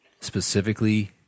specifically